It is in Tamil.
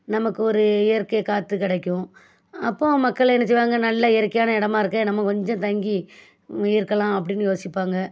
நமக்கு ஒரு இயற்கை காற்று கிடைக்கும் அப்போ மக்கள் என்ன செய்வாங்க நல்லா இயற்கையான இடமா இருக்கே நம்ம கொஞ்சம் தங்கி இருக்கலாம் அப்படின்னு யோசிப்பாங்க